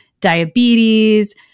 diabetes